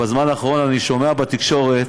בזמן האחרון אני שומע בתקשורת